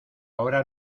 ahora